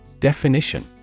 Definition